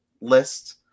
list